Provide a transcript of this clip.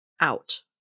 out